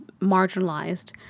marginalized